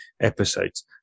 episodes